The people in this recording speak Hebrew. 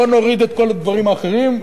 בוא נוריד את כל הדברים האחרים,